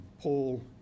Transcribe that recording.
Paul